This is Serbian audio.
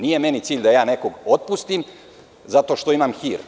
Nije meni cilj da ja nekog otpustim zato što imam hir.